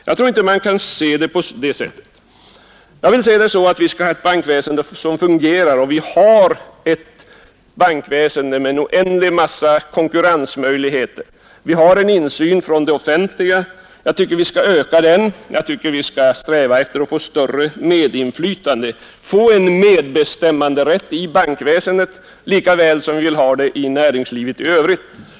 Jag tror inte att man skall se frågan på det sättet. Jag vill se det hela så, att vi skall ha ett bankväsende som fungerar. Vi har ett bankväsende med en oändlig massa konkurrensmöjligheter. Det existerar en insyn från det offentliga. Jag tycker att vi skall öka den och sträva efter att få större medinflytande — en medbestämmanderätt i bankväsendet lika väl som i näringslivet i övrigt.